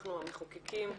אנחנו המחוקקים,